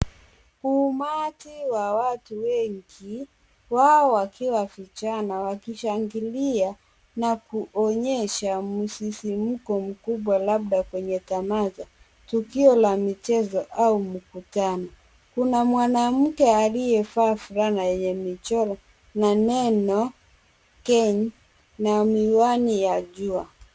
Umati wa watu wengi, wao wakiwa vijana wakishangilia na kuonyesha msisimuko mkubwa labda kwenye tamatha. Tukio la mchezo au mkutano. Kuna mwanamke aliyevaa fulana yenye michoro na neno Ken na miwani ya jua.